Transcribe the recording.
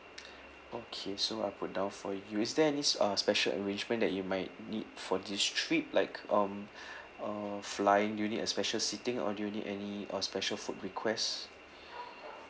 okay so I'll put down for you is there any s~ uh special arrangement that you might need for this trip like um uh flying you need a special seating or do you need any uh special food requests